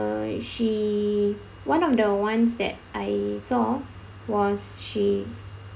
uh she one of the ones that I saw was she